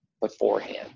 beforehand